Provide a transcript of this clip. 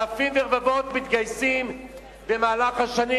אלפים ורבבות מתגייסים במהלך השנים